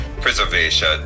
preservation